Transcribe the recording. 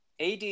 AD